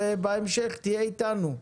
ובהמשך תהיה איתנו.